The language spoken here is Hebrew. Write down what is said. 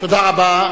תודה רבה.